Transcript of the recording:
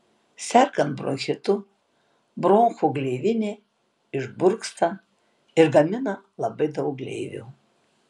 sergant bronchitu bronchų gleivinė išburksta ir gamina labai daug gleivių